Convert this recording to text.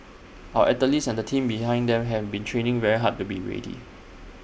our athletes and the team behind them have been training very hard to be ready